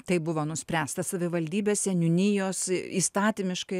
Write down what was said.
tai buvo nuspręsta savivaldybės seniūnijos įstatymiškai